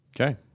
Okay